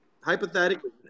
hypothetically